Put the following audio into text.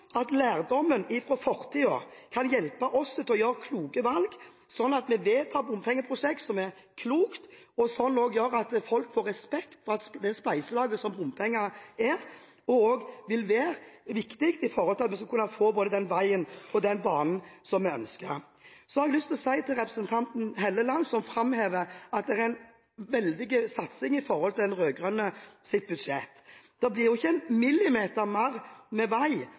at lærdommen fra fortiden kan hjelpe oss å gjøre kloke valg, sånn at vi vedtar bompengeprosjekt som er kloke, og som gjør at folk får respekt for at det spleiselaget som bompenger er, og også vil være, er viktig for at vi skal få den veien og den banen vi ønsker. Så har jeg lyst til å si til representanten Hofstad Helleland, som framhever at det er en veldig satsing i forhold til de rød-grønnes budsjett. Det blir ikke en millimeter mer vei